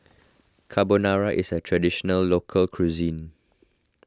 Carbonara is a Traditional Local Cuisine